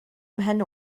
mhen